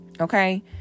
Okay